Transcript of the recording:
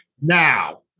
Now